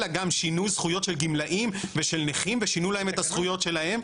אלא גם שינוי זכויות של גמלאים ושל נכים ושינו להם את הזכויות שלהם.